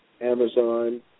Amazon